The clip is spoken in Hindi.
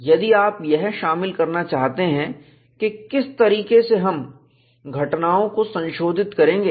यदि आप यह शामिल करना चाहते हैं कि किस तरीके से हम घटनाओं को संशोधित करेंगे